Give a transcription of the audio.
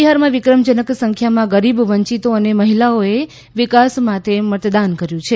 બિહારમાં વિક્રમ જનક સંખ્યામાં ગરીબ વંચિતો અને મહિલાઓએ વિકાસ માટે મતદાન કર્યુ છે